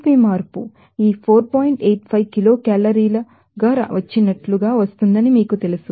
85 kilo కేలరీల ు వచ్చినట్లు గా వస్తుందని మీకు తెలుసు